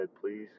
please